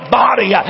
body